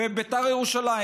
ובית"ר ירושלים,